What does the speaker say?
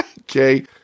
Okay